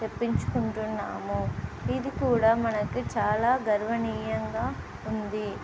చెప్పించుకుంటున్నాము ఇది కూడా మనకు చాలా గర్వనీయంగా ఉంది